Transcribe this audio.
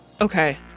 okay